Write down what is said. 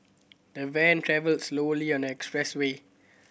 the van travelled slowly on the express way